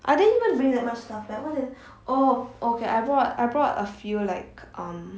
I didn't even bring that much stuff leh what did I oh okay I brought a few like um